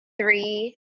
three